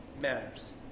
matters